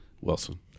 Wilson